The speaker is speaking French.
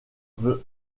the